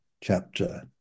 chapter